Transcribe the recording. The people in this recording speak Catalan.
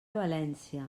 valència